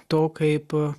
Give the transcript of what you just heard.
to kaip